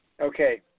Okay